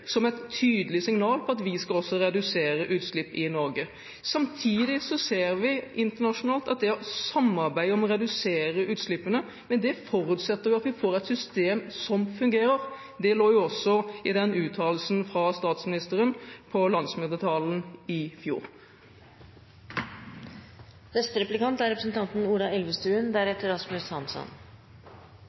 som et tydelig signal om at vi også skal redusere utslipp i Norge. Samtidig ser vi at det å samarbeide internasjonalt om å redusere utslippene forutsetter at vi får et system som fungerer. Det lå også i den uttalelsen fra statsministeren i landsmøtetalen i fjor. Jeg er helt enig i representanten